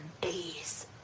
days